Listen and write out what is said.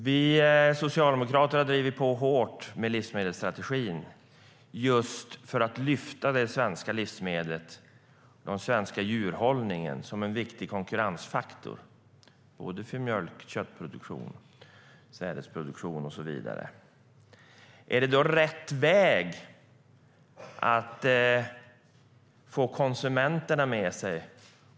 Vi socialdemokrater har drivit på livsmedelsstrategin hårt just för att lyfta fram de svenska livsmedlen och den svenska djurhållningen som en viktig konkurrensfaktor. Det gäller mjölk, kött, sädesproduktion och så vidare. Är slopandet av beteskravet rätt väg att gå för att få konsumenterna med sig?